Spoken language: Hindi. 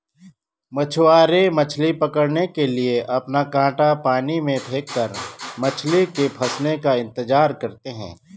मछुआरे मछली पकड़ने के लिए अपना कांटा पानी में फेंककर मछली के फंसने का इंतजार करते है